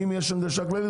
אם יש הנגשה כללית,